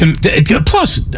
Plus